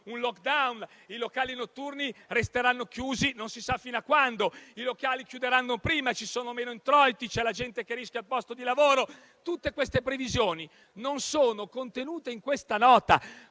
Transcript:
un *lockdown*, quelli notturni resteranno chiusi non si sa fino a quando, altri chiuderanno prima; ci saranno meno introiti e c'è gente che rischia il posto di lavoro. Tutte queste previsioni non sono contenute nella Nota.